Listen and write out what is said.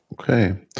Okay